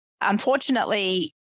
unfortunately